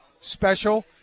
special